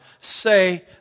say